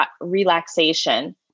relaxation